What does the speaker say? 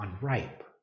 unripe